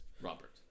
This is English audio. Robert